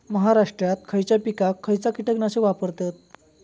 महाराष्ट्रात खयच्या पिकाक खयचा कीटकनाशक वापरतत?